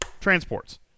transports